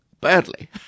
badly